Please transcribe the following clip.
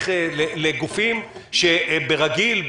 לגופים שברגיל,